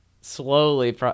slowly